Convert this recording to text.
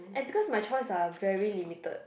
and because my choice are very limited